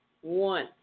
One